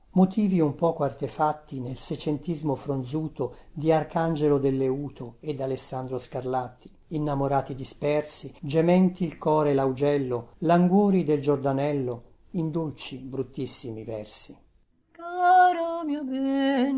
motivi un poco artefatti nel secentismo fronzuto di arcangelo del leùto e dalessandro scarlatti innamorati dispersi gementi il core e laugello languori del giordanello in dolci bruttissimi versi caro mio